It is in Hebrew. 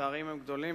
הפערים הם גדולים,